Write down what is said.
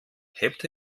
hebt